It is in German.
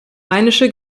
rheinische